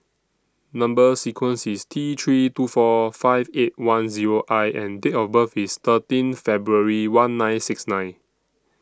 Number sequence IS T three two four five eight one Zero I and Date of birth IS thirteen February one nine six nine